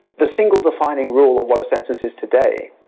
the single defining rule of what a census is today.